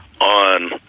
on